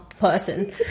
person